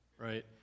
Right